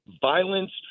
violence